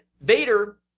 Vader